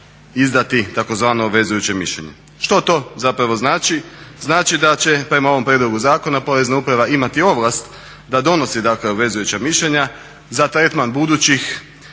izdati tzv. obvezujuće mišljenje. Što to zapravo znači? Znači da će prema ovom prijedlogu zakona Porezna uprava imati ovlast da donosi, dakle obvezujuća mišljenja za tretman budućih